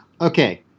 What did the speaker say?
Okay